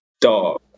dog